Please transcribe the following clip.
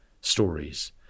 stories